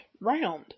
round